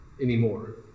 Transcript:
anymore